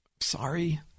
sorry